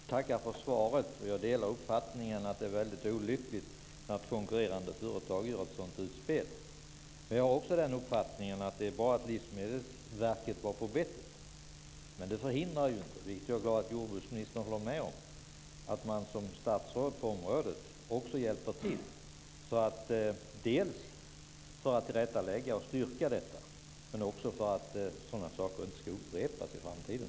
Fru talman! Jag tackar för svaret. Jag delar uppfattningen att det är väldigt olyckligt när ett konkurrerande företag gör ett sådant utspel. Jag är också av den uppfattningen att det är bra att Livsmedelsverket var på bettet, men det förhindrar inte, vilket jag är glad att jordbruksministern håller med om, att också statsrådet på området hjälper till dels för att tillrättalägga och styrka detta, dels för att sådana saker inte ska upprepas i framtiden.